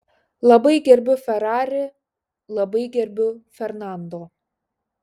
labai gerbiu ferrari labai gerbiu fernando